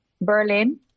berlin